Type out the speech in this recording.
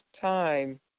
time